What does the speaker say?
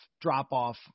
drop-off